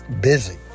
busy